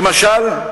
למשל,